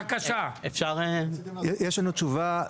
יש לנו תשובה.